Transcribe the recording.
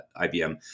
IBM